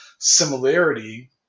similarity